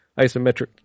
isometric